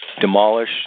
demolish